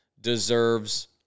deserves